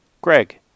Greg